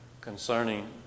concerning